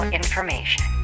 information